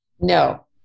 No